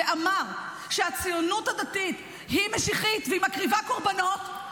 ואמר שהציונות הדתית היא משיחית והיא מקריבה קורבנות,